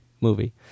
movie